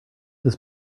this